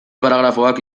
paragrafoak